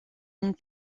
une